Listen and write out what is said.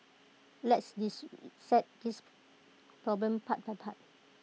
let's dissect this problem part by part